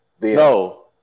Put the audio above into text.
no